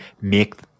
make